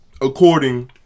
According